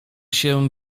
się